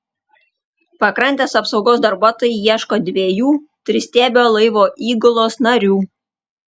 pakrantės apsaugos darbuotojai ieško dviejų tristiebio laivo įgulos narių